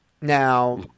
Now